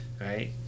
Right